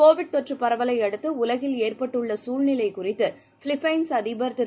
Covid தொற்று பரவலையடுத்து உலகில் ஏற்பட்டுள்ள சூழ்நிலைக் குறித்து பிலிப்பைள்ஸ் அதிபர் திரு